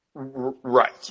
Right